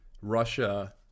Russia